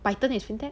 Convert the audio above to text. python is fintech